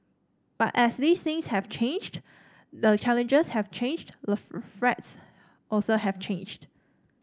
but as these things have changed the challenges have changed the threats also have changed